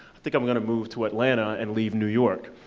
i think i'm gonna move to atlanta and leave new york.